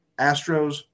Astros